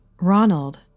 Ronald